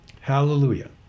hallelujah